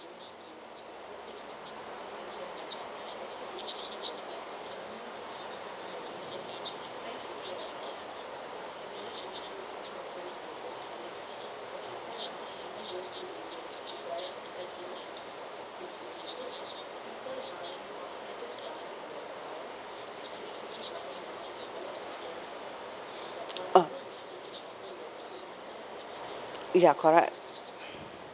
uh ya correct